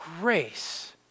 grace